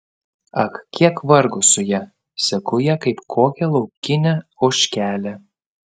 ak kiek vargo su ja seku ją kaip kokią laukinę ožkelę